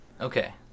Okay